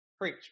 Preach